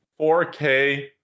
4K